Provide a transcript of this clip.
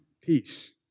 peace